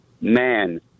man